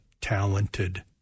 talented